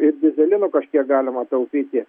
ir dyzelinu kažkiek galima taupyti